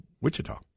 Wichita